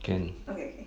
can